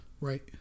right